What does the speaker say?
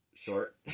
Short